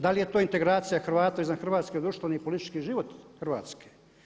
Da li je to integracija Hrvata izvan Hrvatske u društveni i politički život Hrvatske?